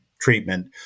treatment